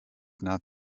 not